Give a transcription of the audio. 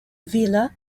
vila